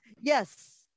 yes